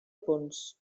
punts